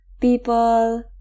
people